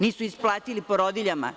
Nisu isplatili porodiljama.